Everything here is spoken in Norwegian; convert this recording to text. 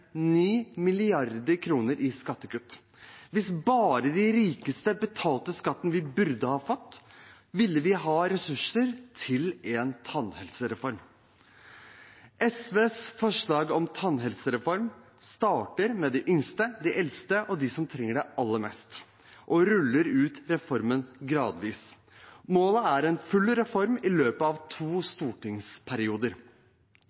i skattekutt. Hvis de rikeste hadde betalt skatten de burde ha fått, ville vi hatt ressurser til en tannhelsereform. SVs forslag om tannhelsereform starter med de yngste, de eldste og de som trenger det aller mest, og vi vil rulle ut reformen gradvis. Målet er en full reform i løpet av to